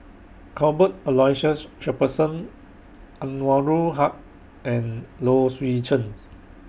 Cuthbert Aloysius Shepherdson Anwarul Haque and Low Swee Chen